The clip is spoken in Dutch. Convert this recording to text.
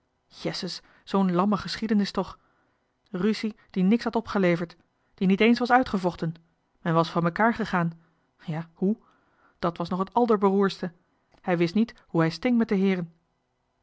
jesses zoo'n lamme geschiedenis toch ruussie die niks had opgeleverd die niet eens was uitgevochten men was van mekaar gegaan ja hoe dat was nog het alderberoerdste hij wist niet hoe hij sting met de heeren